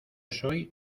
soy